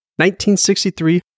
1963